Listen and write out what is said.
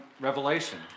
Revelation